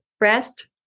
Rest